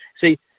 see